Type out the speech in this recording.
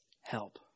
help